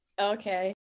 Okay